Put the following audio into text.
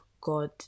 God